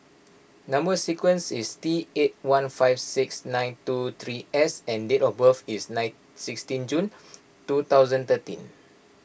Number Sequence is T eight one five six nine two three S and date of birth is nine sixteen June two thousand thirteen